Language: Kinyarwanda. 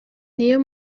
niyo